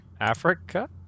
Africa